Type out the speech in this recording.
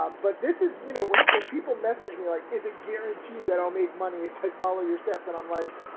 um but this is, you know, when when people message me like is it guaranteed that i'll make money if i follow your steps? and i'm like,